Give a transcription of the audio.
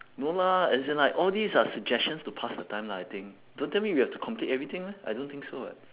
no lah as in like all these are suggestions to pass the time lah I think don't tell me we have to complete everything leh I don't think so eh